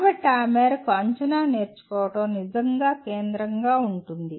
కాబట్టి ఆ మేరకు అంచనా నేర్చుకోవడం నిజంగా కేంద్రంగా ఉంది